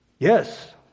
Yes